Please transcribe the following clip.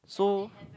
so